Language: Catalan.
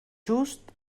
just